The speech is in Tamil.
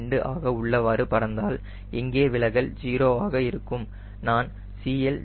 2 ஆக உள்ளவாறு பறந்தால் எங்கே விலகல் 0 ஆக இருக்கும் நான் CL 0